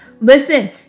Listen